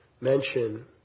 mention